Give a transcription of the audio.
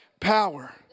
power